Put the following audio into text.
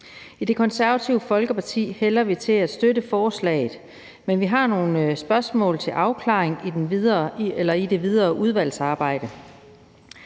I Det Konservative Folkeparti hælder vi til at støtte forslaget, men vi har nogle spørgsmål til afklaring i det videre udvalgsarbejde.